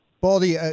Baldy